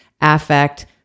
affect